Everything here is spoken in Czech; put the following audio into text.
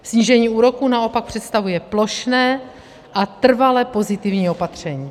Snížení úroku naopak představuje plošné a trvale pozitivní opatření.